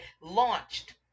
launched